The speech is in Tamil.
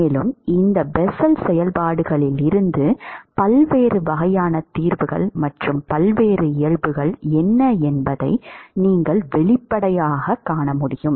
மேலும் இந்த பெசல் செயல்பாடுகளில் இருந்து பல்வேறு வகையான தீர்வுகள் மற்றும் பல்வேறு இயல்புகள் என்ன என்பதை நீங்கள் வெளிப்படையாகக் காண்பீர்கள்